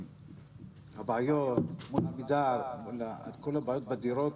הבעיות מול עמידר והבעיות בדירות